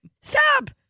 Stop